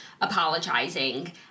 apologizing